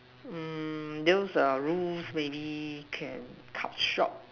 mm those err rules maybe can cut short